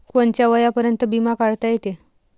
कोनच्या वयापर्यंत बिमा काढता येते?